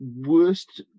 worst